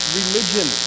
religion